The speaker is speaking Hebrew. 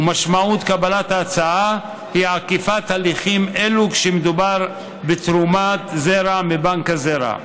ומשמעות קבלת ההצעה היא עקיפת הליכים אלו כשמדובר בתרומת זרע מבנק הזרע.